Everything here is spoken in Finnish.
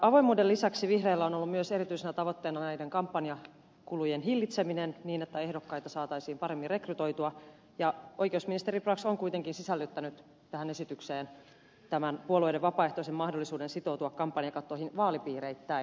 avoimuuden lisäksi vihreillä on ollut myös erityisenä tavoitteena näiden kampanjakulujen hillitseminen niin että ehdokkaita saataisiin paremmin rekrytoitua ja oikeusministeri brax on kuitenkin sisällyttänyt tähän esitykseen tämän puolueiden vapaaehtoisen mahdollisuuden sitoutua kampanjakattoihin vaalipiireittäin